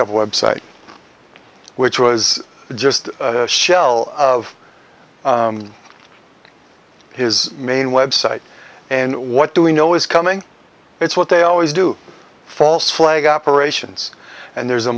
up website which was just a shell of his main website and what do we know is coming it's what they always do false flag operations and there's a